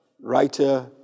writer